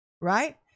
right